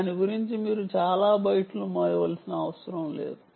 దాని గురించి మీరు చాలా బైట్లు మోయవలసిన అవసరం లేదు